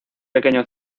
pequeño